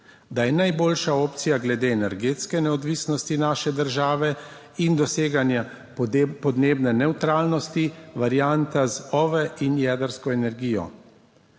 da je najboljša opcija glede energetske neodvisnosti naše države in doseganja podnebne nevtralnosti, varianta z OVE in jedrsko energijo.